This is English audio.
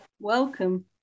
welcome